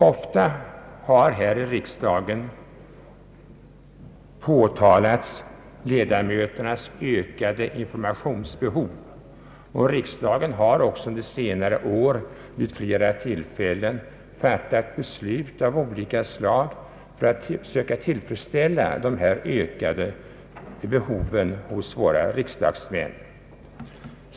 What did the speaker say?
Ofta har här i riksdagen talats om ledamöternas ökade informationsbehov. Riksdagen har också under senare år vid flera tillfällen fattat beslut av olika slag för att söka tillfredsställa dessa ökade behov hos våra riksdagsmän.